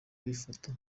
kuyifata